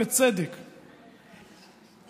בצדק,